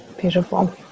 Beautiful